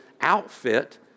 outfit